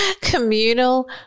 communal